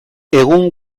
egun